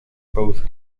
both